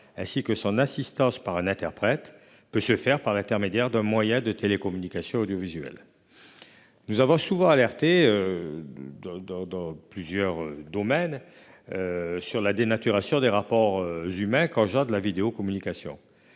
ainsi que son assistance par un interprète peuvent se faire par l'intermédiaire d'un moyen de télécommunication audiovisuelle. Nous avons souvent alerté, dans plusieurs domaines, sur la dénaturation des rapports humains qu'engendre la vidéocommunication.